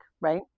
right